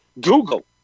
Google